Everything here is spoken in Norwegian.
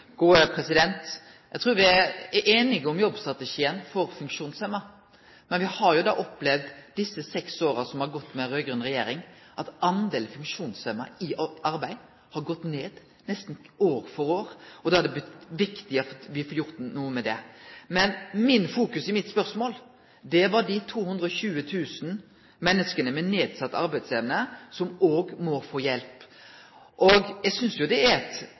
opplevd i desse seks åra som har gått med raud-grøn regjering, at delen funksjonshemma i arbeid har gått ned nesten år for år. Da er det viktig at me får gjort noko med det. Men fokuset i mitt spørsmål var dei 220 000 menneska med nedsett arbeidsevne som òg må få hjelp. Eg synest jo det er